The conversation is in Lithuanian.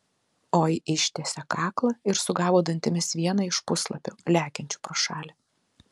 oi ištiesė kaklą ir sugavo dantimis vieną iš puslapių lekiančių pro šalį